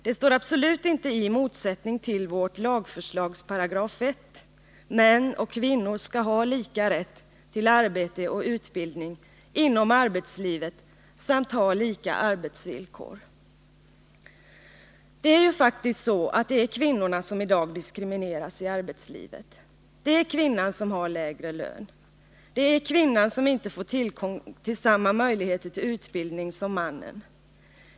Det står absolut inte i motsättning till vårt lagförslags 1 §, som lyder: ”Män och kvinnor skall ha lika rätt till arbete och utbildning inom arbetslivet samt ha lika arbetsvillkor.” Det är ju faktiskt så att det är kvinnorna som i dag diskrimineras i arbetslivet. Det är kvinnan som har lägre lön. Det är kvinnan som inte får samma möjligheter till utbildning som mannen.